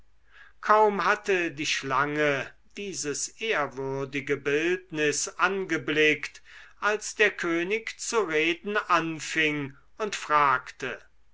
kaum hatte die schlange dieses ehrwürdige bildnis angeblickt als der könig zu reden anfing und fragte